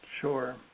Sure